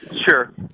Sure